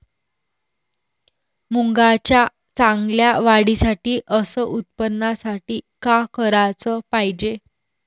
मुंगाच्या चांगल्या वाढीसाठी अस उत्पन्नासाठी का कराच पायजे?